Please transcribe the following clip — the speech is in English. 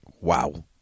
Wow